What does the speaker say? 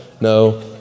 no